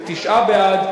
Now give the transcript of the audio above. תשעה בעד,